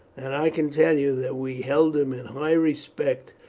and i can tell you that we held him in high respect,